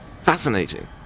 Fascinating